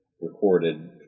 recorded